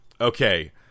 Okay